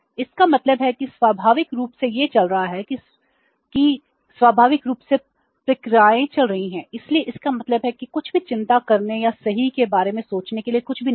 इसका मतलब है कि स्वाभाविक रूप से यह चल रहा है कि स्वाभाविक रूप से प्रक्रियाएं चल रही हैं इसलिए इसका मतलब है कि कुछ भी चिंता करने या सही के बारे में सोचने के लिए कुछ भी नहीं है